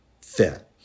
fit